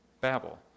Babel